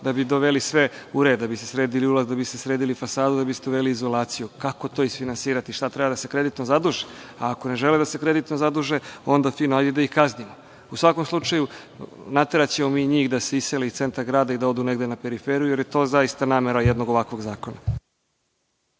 da bi doveli sve u red, da bi sredili ulaz, da bi se sredila fasada, da bi uveli izolaciju. Kako to isfinansirati? Šta treba, da se kreditno zaduži? A, ako ne žele da se kreditno zaduže, onda fino, hajde da ih kaznimo.U svakom slučaju, nateraćemo mi njih da se isele iz centra grada i da odu negde na periferiju, jer je to zaista namera jednog ovakvog zakona.